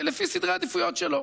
לפי סדרי העדיפויות שלו.